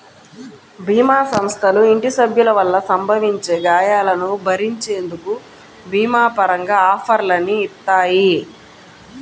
భీమా సంస్థలు ఇంటి సభ్యుల వల్ల సంభవించే గాయాలను భరించేందుకు భీమా పరంగా ఆఫర్లని ఇత్తాయి